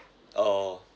oh